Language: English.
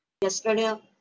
Yesterday